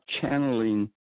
channeling